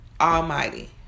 almighty